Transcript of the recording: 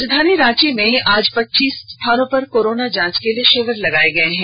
राजधानी रांची में आज पच्चीस स्थानों पर कोरोना जांच के लिए शिविर लगाया गया है